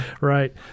Right